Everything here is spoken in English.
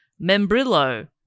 membrillo